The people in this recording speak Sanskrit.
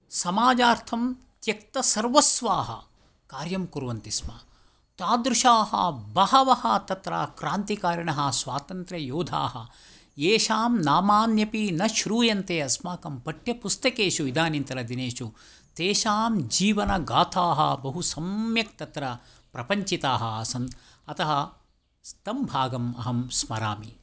समाजार्थं त्यक्तसर्वस्वाः कार्यं कुर्वन्ति स्म तादृशाः बहवः तत्र क्रान्तिकारिणः स्वातन्त्र्ययोधाः येषां नामान्यपि न श्रूयन्ते अस्माकं पाठ्यपुस्तकेषु इदानींतनदिनेषु तेषां जीवनगाथाः बहु सम्यक् तत्र प्रपञ्चिताः आसन् अतः तं भागम् अहं स्मरामि